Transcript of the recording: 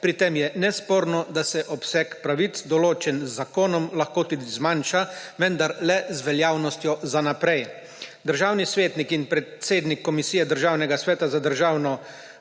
Pri tem je nesporno, da se obseg pravic določen z zakonom lahko tudi zmanjša, vendar le z veljavnostjo za naprej. Državni svetnik in predsednik Komisije Državnega sveta za državno